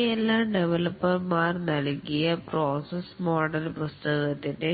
ഇവയെല്ലാം ഡെവലപ്പർമാർക്ക് നൽകിയ പ്രോസസ് മോഡൽ പുസ്തകത്തിൻറെ